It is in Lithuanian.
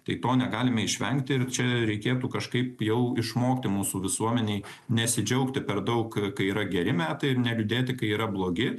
tai to negalime išvengti ir čia reikėtų kažkaip jau išmokti mūsų visuomenėj nesidžiaugti per daugkai yra geri metai ir neliūdėti kai yra blogi